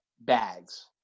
bags